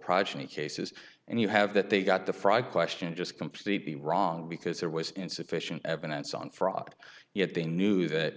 progeny cases and you have that they got the fraud question just completely wrong because there was insufficient evidence on fraud yet they knew that